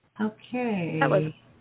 Okay